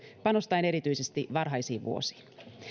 panostaen erityisesti varhaisiin vuosiin